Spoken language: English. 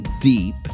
deep